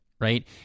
right